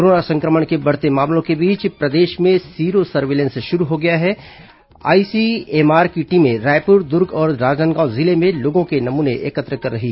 corona संक्रमण के बढ़ते मामलों के बीच प्रदेश में सीरो सर्विलेंस शुरू हो गया है आईसीएमआर की टीमें रायपुर दुर्ग और राजनांदगांव जिले में लोगों के नमूने एकत्र कर रही हैं